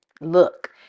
look